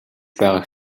байгааг